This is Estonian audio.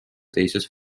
teises